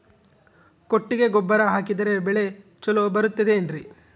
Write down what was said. ಕೊಟ್ಟಿಗೆ ಗೊಬ್ಬರ ಹಾಕಿದರೆ ಬೆಳೆ ಚೊಲೊ ಬರುತ್ತದೆ ಏನ್ರಿ?